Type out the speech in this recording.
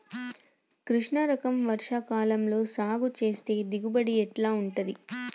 కృష్ణ రకం వర్ష కాలం లో సాగు చేస్తే దిగుబడి ఎట్లా ఉంటది?